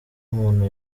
umuntu